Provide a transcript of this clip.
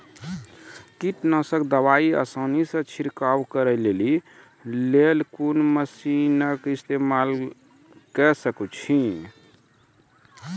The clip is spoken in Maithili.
कीटनासक दवाई आसानीसॅ छिड़काव करै लेली लेल कून मसीनऽक इस्तेमाल के सकै छी?